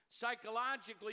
Psychologically